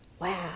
Wow